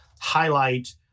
highlight